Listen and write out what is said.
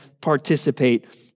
participate